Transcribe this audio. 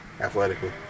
athletically